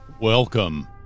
Welcome